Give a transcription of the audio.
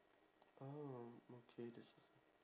oh okay that's s~